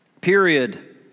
Period